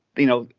you know,